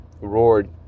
roared